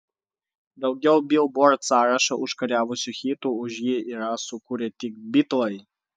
daugiau bilbord sąrašą užkariavusių hitų už jį yra sukūrę tik bitlai